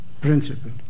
principle